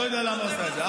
לא יודע למה הוא עשה את זה.